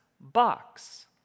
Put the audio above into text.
box